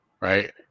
right